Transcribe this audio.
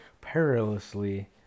perilously